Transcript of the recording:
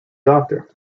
doctor